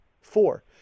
four